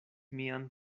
mian